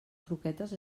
croquetes